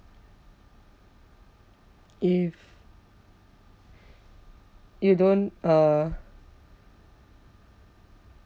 if you don't uh